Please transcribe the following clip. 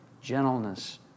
gentleness